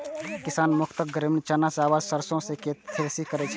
किसान मुख्यतः गहूम, चना, चावल, सरिसो केर थ्रेसिंग करै छै